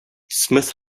smith